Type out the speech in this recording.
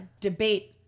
debate